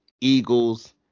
Eagles